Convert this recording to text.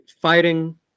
fighting